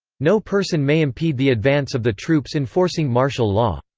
no person may impede the advance of the troops enforcing martial law.